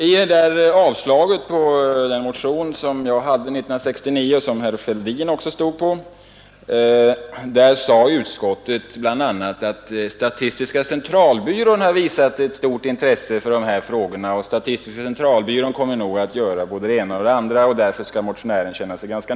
I sitt avslagsyrkande på motionen 1969 — en motion som också herr Fälldin hade undertecknat — sade utskottet bl.a. att statistiska centralbyrån visat stort intresse för dessa frågor och säkert skulle komma att göra både det ena och det andra. Därför skulle motionärerna känna sig nöjda.